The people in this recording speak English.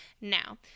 Now